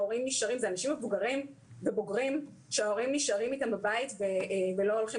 אלה אנשים מבוגרים ובוגרים שההורים נשארים אתם בבית ולא הולכים